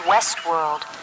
Westworld